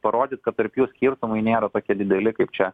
parodyt kad tarp jų skirtumai nėra tokie dideli kaip čia